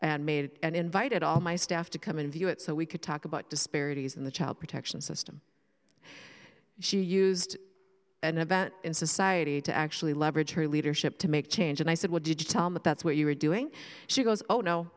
and made and invited all my staff to come and view it so we could talk about disparities in the child protection system she used an event in society to actually leverage her leadership to make change and i said what did you tell him that that's what you were doing she goes oh no